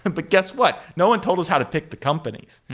and but guess what? no one told us how to pick the companies.